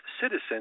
citizens